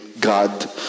God